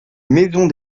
maisons